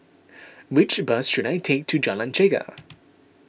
which bus should I take to Jalan Chegar